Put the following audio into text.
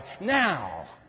Now